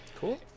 Cool